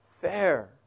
fair